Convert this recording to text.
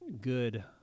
good